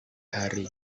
hari